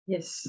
Yes